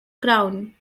crown